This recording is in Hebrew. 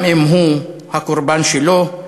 גם אם הוא הקורבן שלו,